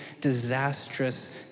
disastrous